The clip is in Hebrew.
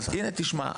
אז הנה תשמע.